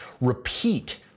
repeat